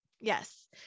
yes